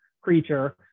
creature